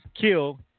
Kill